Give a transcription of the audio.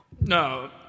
No